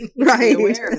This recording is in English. right